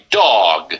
dog